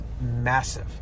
massive